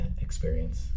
experience